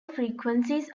frequencies